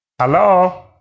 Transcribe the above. Hello